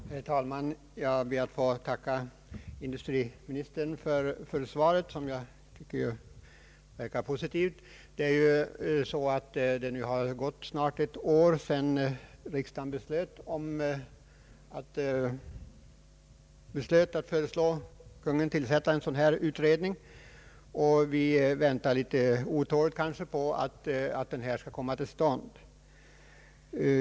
Herr talman! Jag ber att få tacka industriministern för svaret som verkar positivt. Det har snart gått ett år sedan riksdagen beslöt föreslå Kungl. Maj:t att tillsätta en sådan utredning, och vi väntar kanske litet otåligt på att den skall tillsättas.